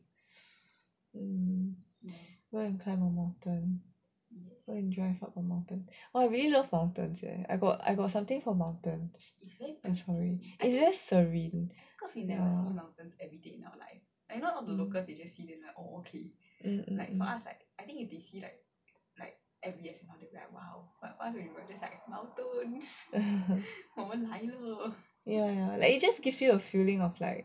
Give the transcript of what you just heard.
go and climb the mountain go and drive up the mountain !wah! I really love mountains eh I got I got something for mountains is very serene ya ya ya it just gives you a feeling of like